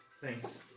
Thanks